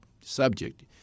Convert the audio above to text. subject